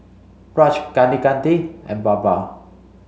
Raj Kaneganti and Baba